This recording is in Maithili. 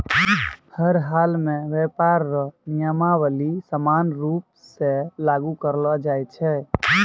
हर हालमे व्यापार रो नियमावली समान रूप से लागू करलो जाय छै